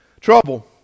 Trouble